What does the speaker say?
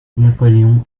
napoléon